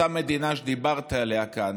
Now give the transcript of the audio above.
אותה מדינה שדיברת עליה כאן.